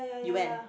you went